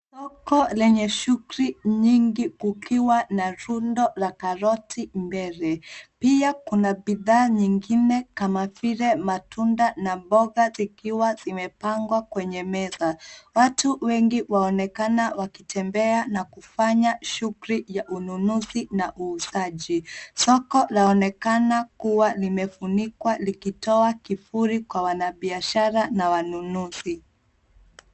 Soko lenye shughuli nyingi kukiwa na rundo la karoti mbele. Pia kuna bidhaa nyingine kama vile matunda na mboga zikiwa zimepangwa kwenye meza. Watu wengi waonekana wakitembea na kufanya shughuli ya ununuzi na uuzaji. Soko laonekana kuwa limefunikwa likitoa kivuli kwa wanabiashara na wanunuzi.